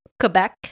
Quebec